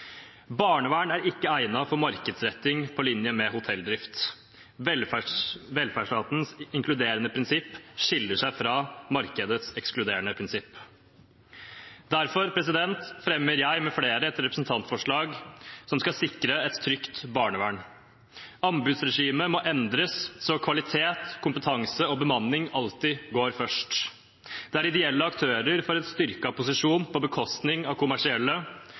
Barnevern er ikke egnet for markedsretting på linje med hotelldrift. Velferdsstatens inkluderende prinsipp skiller seg fra markedets ekskluderende prinsipp. Derfor fremmer jeg med flere et representantforslag som skal sikre et trygt barnevern. Anbudsregimet må endres så kvalitet, kompetanse og bemanning alltid går først, der ideelle aktører får en styrket posisjon på bekostning av kommersielle,